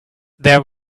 there